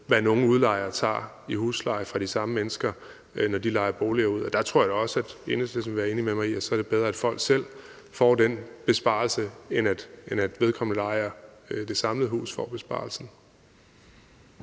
hvad nogle udlejere vil tage i husleje, hvis de lejer boliger ud til de samme mennesker. Og der tror jeg også, at Enhedslisten vil være enig med mig i, at så er det bedre, at folk selv får den besparelse, end at vedkommende, der ejer huset, får besparelsen.